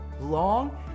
long